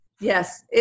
Yes